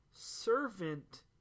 servant